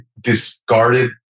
discarded